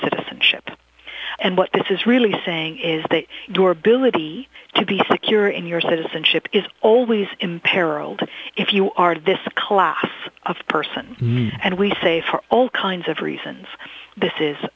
citizenship and what this is really saying is the door ability to be secure in your citizenship is always imperilled if you are this class of person and we say for all kinds of reasons this is